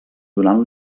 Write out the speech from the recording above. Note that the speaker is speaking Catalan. donant